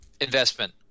investment